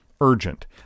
urgent